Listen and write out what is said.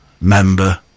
member